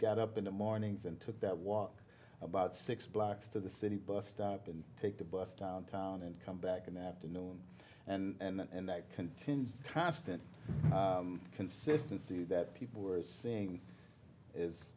got up in the mornings and took that walk about six blocks to the city bus stop and take the bus downtown and come back in the afternoon and that continues constant consistency that people were saying is